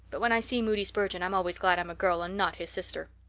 but when i see moody spurgeon i'm always glad i'm a girl and not his sister.